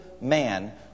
man